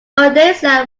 odessa